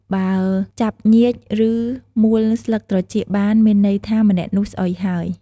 បើចាប់ញៀច ឬ មួលស្លឹកត្រចៀកបាន មានន័យថា ម្នាក់នោះ ស្អុយហើយ។